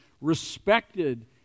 respected